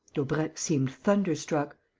daubrecq seemed thunderstruck.